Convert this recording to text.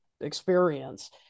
experience